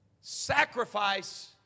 Sacrifice